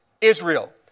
Israel